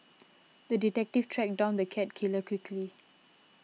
the detective tracked down the cat killer quickly